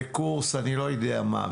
לקורס אני לא יודע איזה,